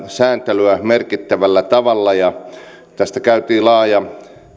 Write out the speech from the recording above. sääntelyä merkittävällä tavalla tästä käytiin laaja